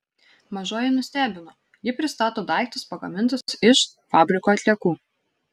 mažoji nustebino ji pristato daiktus pagamintus iš fabriko atliekų